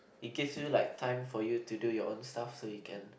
it give you like time for you to do your own stuff so you can